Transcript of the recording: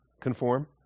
conform